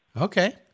Okay